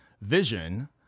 vision